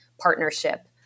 partnership